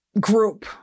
group